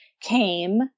came